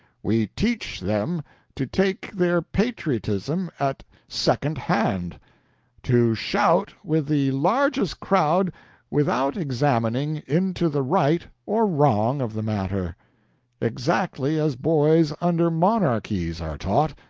we teach them to take their patriotism at second hand to shout with the largest crowd without examining into the right or wrong of the matter exactly as boys under monarchies are taught,